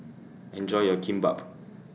Enjoy your Kimbap